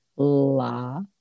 La